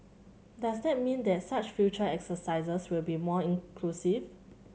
does that mean that such future exercises will be more inclusive